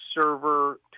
Server